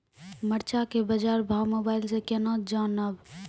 मरचा के बाजार भाव मोबाइल से कैनाज जान ब?